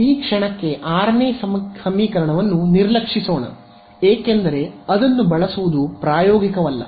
ಈ ಕ್ಷಣಕ್ಕೆ 6ನೇ ಸಮೀಕರಣವನ್ನು ನಿರ್ಲಕ್ಷಿಸೋಣ ಏಕೆಂದರೆ ಅದನ್ನು ಬಳಸುವುದು ಪ್ರಾಯೋಗಿಕವಲ್ಲ